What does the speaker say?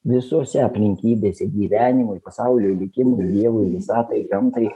visose aplinkybėse gyvenimui pasauliui likimui dievui visatai gamtai